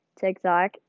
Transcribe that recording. TikTok